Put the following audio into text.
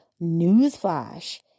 Newsflash